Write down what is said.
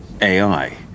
AI